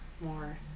more